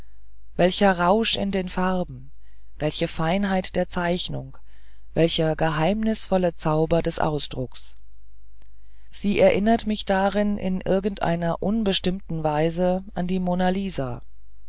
welcher rausch in den farben welche feinheit der zeichnung welcher geheimnisvolle zauber des ausdrucks sie erinnert mich darin in irgendeiner unbestimmten weise an die mona lisa